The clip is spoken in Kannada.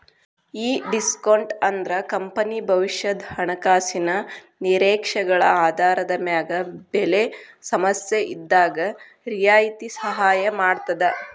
ಈ ಡಿಸ್ಕೋನ್ಟ್ ಅಂದ್ರ ಕಂಪನಿ ಭವಿಷ್ಯದ ಹಣಕಾಸಿನ ನಿರೇಕ್ಷೆಗಳ ಆಧಾರದ ಮ್ಯಾಗ ಬೆಲೆ ಸಮಸ್ಯೆಇದ್ದಾಗ್ ರಿಯಾಯಿತಿ ಸಹಾಯ ಮಾಡ್ತದ